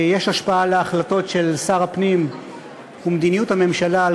יש השפעה להחלטות של שר הפנים ומדיניות הממשלה על